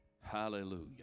Hallelujah